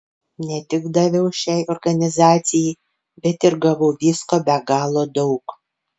ne tik daviau šiai organizacijai bet ir gavau visko be galo daug